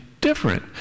different